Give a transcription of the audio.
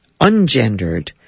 ungendered